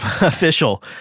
official